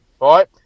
right